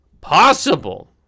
possible